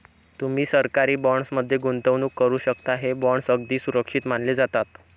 तुम्ही सरकारी बॉण्ड्स मध्ये गुंतवणूक करू शकता, हे बॉण्ड्स अगदी सुरक्षित मानले जातात